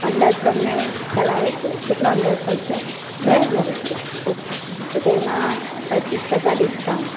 અંદાજ તમને ખ્યાલ આવે છે કેટલો અંદાજ થશે બે હજાર રૂપિયા ઓકે તો તો તેમાં પચીસ ટકા ડિસ્કાઉન્ટ